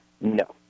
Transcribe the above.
No